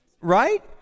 Right